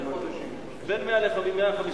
בין 100 ל-150 שנה,